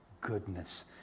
goodness